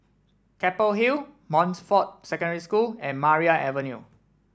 Keppel Hill Montfort Secondary School and Maria Avenue